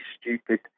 stupid